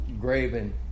graven